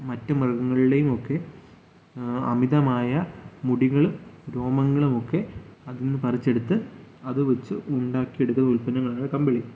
ഇതെന്നു വെച്ചാൽ ആടും മറ്റ് മൃഗങ്ങളെയും ഒക്കെ അമിതമായ മുടികൾ രോമങ്ങളുമൊക്കെ അത്ന്ന് പറിച്ചെടുത്ത് അത് വെച്ച് ഉണ്ടാക്കിയെടുക്കുന്ന ഉൽപ്പന്നങ്ങളാണ് കമ്പിളി